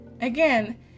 again